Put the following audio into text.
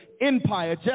Empire